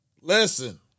listen